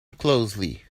closely